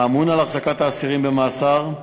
האמון על החזקת האסירים במאסר,